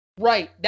Right